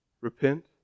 repent